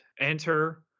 enter